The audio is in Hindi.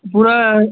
पूरा